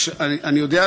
אני יודע,